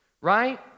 Right